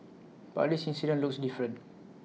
but this incident looks different